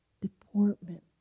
deportment